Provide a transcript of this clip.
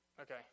Okay